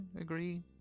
agree